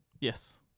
Yes